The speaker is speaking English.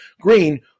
green